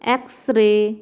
x-ray